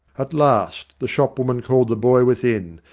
at last the shopwoman called the boy with in,